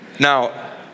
Now